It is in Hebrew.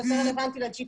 זה יותר רלוונטי ל-GPS,